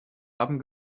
haben